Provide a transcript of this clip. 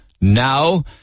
now